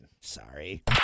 Sorry